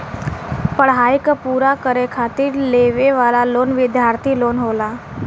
पढ़ाई क पूरा करे खातिर लेवे वाला लोन विद्यार्थी लोन होला